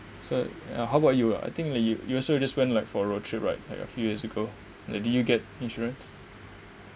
so err how about you ah I think like you you also just went like for a road trip right like a few years ago like did you get insurance